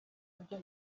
ibyo